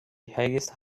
height